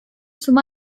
zum